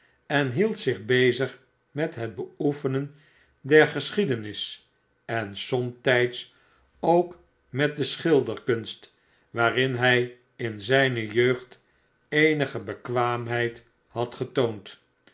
en hield zich bezig met het beoefenen der geschiedenis en somtijds ook met de schilderkunst waarin hij in zijne jeugd eenige bekwaamheid had getoond